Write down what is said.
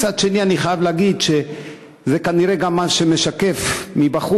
מצד שני אני חייב להגיד שזה כנראה גם מה שמשקף מבחוץ,